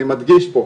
אני מדגיש פה,